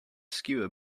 skewer